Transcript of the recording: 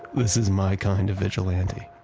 this is my kind of vigilante